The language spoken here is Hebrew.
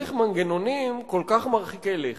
צריך מנגנונים כל כך מרחיקי לכת,